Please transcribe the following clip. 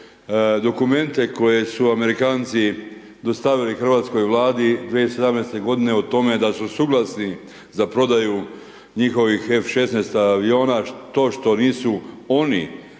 dokumente koje su Amerikanci dostavili hrvatskoj Vladi 2017.-te godine o tome da su suglasni za prodaju njihovih F-16 aviona. To što nisu oni